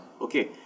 okay